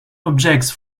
objects